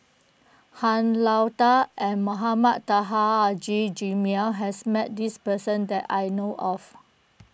Han Lao Da and Mohamed Taha Haji Jamil has met this person that I know of